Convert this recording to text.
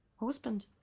Husband